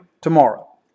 tomorrow